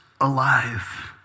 alive